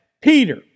Peter